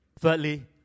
Thirdly